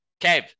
Kev